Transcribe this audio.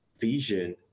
vision